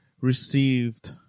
received